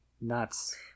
nuts